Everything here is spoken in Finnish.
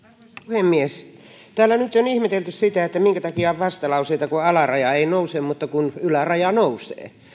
puhemies täällä nyt on ihmetelty minkä takia on vastalauseita kun alaraja ei nouse mutta kun yläraja nousee